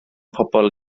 pobl